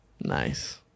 Nice